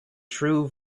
true